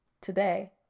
today